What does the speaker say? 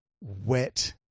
wet